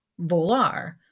volar